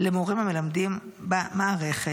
למורים המלמדים במערכת.